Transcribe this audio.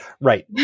right